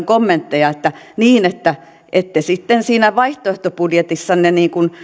kommentteja että ette sitten siinä vaihtoehtobudjetissanne